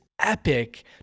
epic